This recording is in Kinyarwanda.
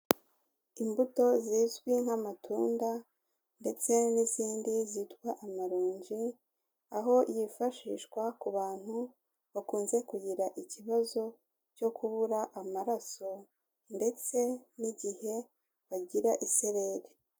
Imbuto zizwi nk'amatunda ndetse n'izindi zitwa amaranji, aho yifashishwa ku bantu bakunze kugira ikibazo cyo kubura amaraso ndetse n'igihe bagira isereri.